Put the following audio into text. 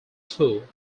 tour